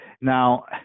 Now